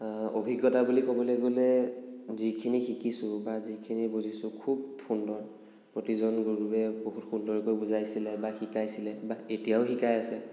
অভিজ্ঞতা বুলি ক'বলৈ গ'লে যিখিনি শিকিছো বা যিখিনি বুজিছো খুব সুন্দৰ প্ৰতিজন গুৰুৱে বহুত সুন্দৰকৈ বুজাইছিলে বা শিকাইছিলে বা এতিয়াও শিকাই আছে